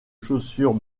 chaussures